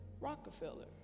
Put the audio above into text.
Rockefeller